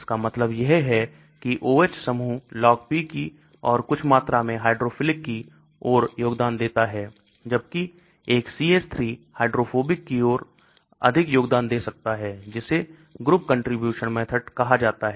इसका मतलब यह है कि OH समूह LogP की ओर कुछ मात्रा में हाइड्रोफिलिक की ओर योगदान देता है जबकि एक CH3 हाइड्रोफोबिक की ओर अधिक योगदान दे सकता है जिसे group contribution method कहा जाता है